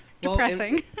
depressing